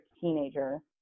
teenager